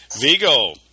Vigo